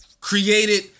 created